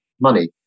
money